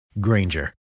Granger